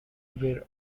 were